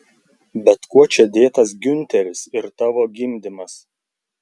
bet kuo čia dėtas giunteris ir tavo gimdymas